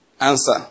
answer